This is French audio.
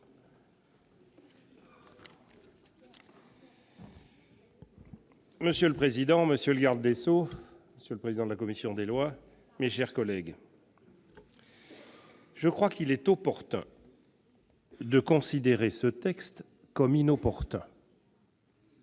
Monsieur le président, monsieur le garde des sceaux, monsieur le président de la commission des lois, mes chers collègues, il me semble opportun de considérer ce texte comme inopportun